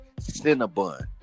cinnabon